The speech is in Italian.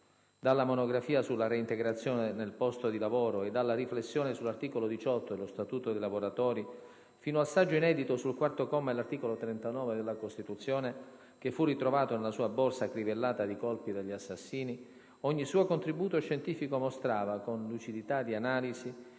Dalla monografia sulla reintegrazione nel posto di lavoro e dalla riflessione sull'articolo 18 dello Statuto dei lavoratori, fino al saggio inedito sul quarto comma dell'articolo 39 della Costituzione, che fu ritrovato nella sua borsa crivellata dai colpi degli assassini, ogni suo contributo scientifico mostrava, con lucidità di analisi,